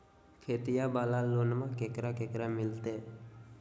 खेतिया वाला लोनमा केकरा केकरा मिलते?